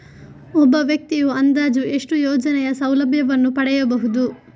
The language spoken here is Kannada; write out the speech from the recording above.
ಒಬ್ಬ ವ್ಯಕ್ತಿಯು ಅಂದಾಜು ಎಷ್ಟು ಯೋಜನೆಯ ಸೌಲಭ್ಯವನ್ನು ಪಡೆಯಬಹುದು?